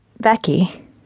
Becky